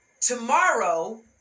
Tomorrow